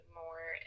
more